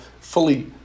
fully